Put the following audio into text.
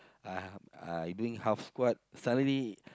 uh I doing half squat suddenly